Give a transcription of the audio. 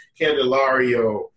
Candelario